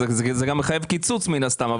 אז זה גם מחייב קיצוץ מן הסתם.